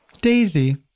Daisy